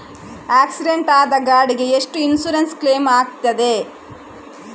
Accident ಆದ ಗಾಡಿಗೆ ಎಷ್ಟು ಇನ್ಸೂರೆನ್ಸ್ ಕ್ಲೇಮ್ ಆಗ್ತದೆ?